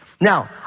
Now